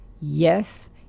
Yes